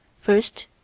first